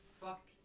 Fuck